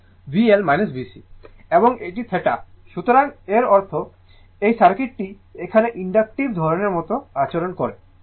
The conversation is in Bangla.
এবং এটি θ সুতরাং এর অর্থ এই সার্কিটটি একটি ইনডাকটিভ ধরণের মতো আচরণ করে